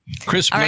Chris